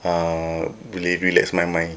uh boleh relax my mind